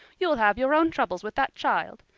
you'll have your own troubles with that child.